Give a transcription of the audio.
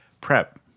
Prep